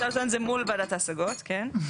אפשר לטעון את זה מול ועדת ההשגות, כן.